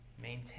maintain